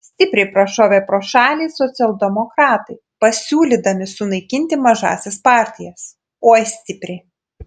stipriai prašovė pro šalį socialdemokratai pasiūlydami sunaikinti mažąsias partijas oi stipriai